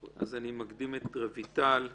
אני מקדים את רויטל לפניהם.